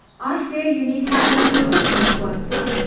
i fear you need have no hopes of miss worsley.